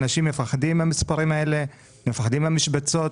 אנשים מפחדים מהמספרים האלה, מפחדים מהמשבצות,